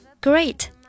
Great